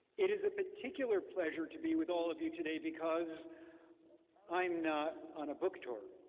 it is a particular pleasure to be with all of you today because i'm not on a book tour.